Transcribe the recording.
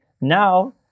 now